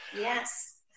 Yes